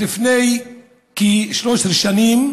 לפני כ-13 שנים